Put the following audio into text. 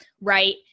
right